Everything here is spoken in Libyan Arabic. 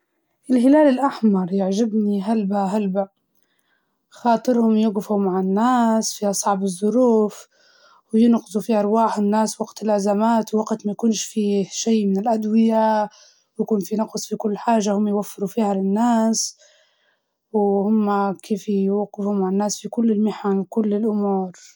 بيت الزكاة، كلياتهم بيساعدوا الناس المحتاجين، ويوفروا لهم حياة كريمة بطريقة مؤثرة.